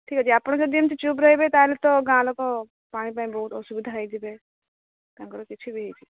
ଠିକ୍ ଅଛି ଆପଣ ଯଦି ଏମିତି ଚୁପ୍ ରହିବେ ତା'ହେଲେ ତ ଗାଁ ଲୋକ ପାଣି ପାଇଁ ବହୁତ ଅସୁବିଧା ହେଇଯିବେ ତାଙ୍କର କିଛି ବି